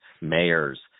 mayors